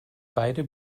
beide